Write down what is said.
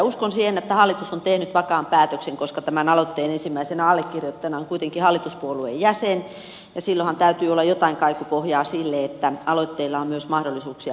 uskon siihen että hallitus on tehnyt vakaan päätöksen koska tämän aloitteen ensimmäisenä allekirjoittajana on kuitenkin hallituspuolueen jäsen ja silloinhan täytyy olla jotain kaikupohjaa sille että aloitteella on myös mahdollisuuksia mennä läpi